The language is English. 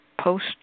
post